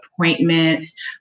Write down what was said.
appointments